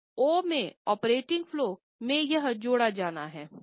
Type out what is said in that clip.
तो ओ में ऑपरेटिंग फलो में यह जोड़ा जाना है